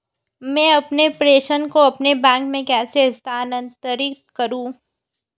मैं अपने प्रेषण को अपने बैंक में कैसे स्थानांतरित करूँ?